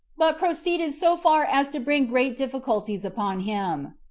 but proceeded so far as to bring great difficulties upon him.